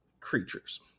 creatures